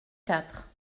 quatre